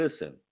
Listen